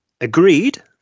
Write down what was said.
Agreed